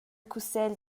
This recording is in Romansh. cussegl